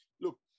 Look